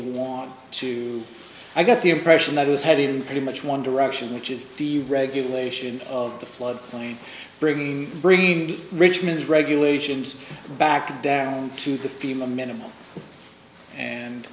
want to i got the impression that it was headed in pretty much one direction which is the regulation of the flood plain bringing bringing richmond's regulations back down to the fema minimum and